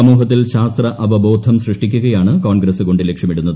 സമൂഹത്തിൽ ശാസ്ത്ര അവബോധം സൃഷ്ടിക്കുകയാണ് കോൺഗ്രസ് കൊണ്ട് ലക്ഷ്യമിടുന്നത്